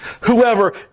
Whoever